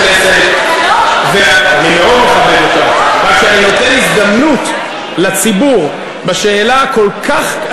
רק שאני נותן הזדמנות לציבור בשאלה הכל-כך,